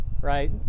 right